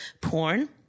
porn